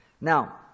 Now